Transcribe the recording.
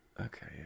Okay